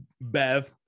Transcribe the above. Bev